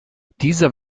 dieser